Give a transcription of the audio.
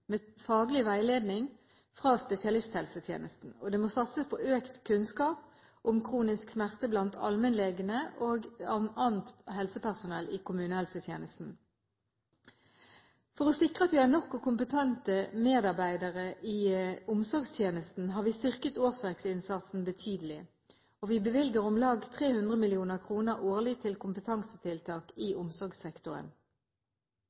med faglig veiledning fra spesialisthelsetjenesten. Og det må satses på økt kunnskap om kronisk smerte blant allmennlegene og annet helsepersonell i kommunehelsetjenesten. For å sike at vi har nok og kompetente medarbeidere i omsorgstjenesten, har vi styrket årsverksinnsatsen betydelig. Vi bevilger om lag 300 mill. kr årlig til kompetansetiltak